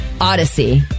odyssey